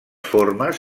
formes